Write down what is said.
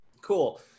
Cool